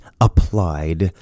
applied